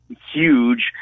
huge